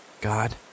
God